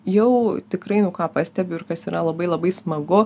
jau tikrai nu ką pastebiu ir kas yra labai labai smagu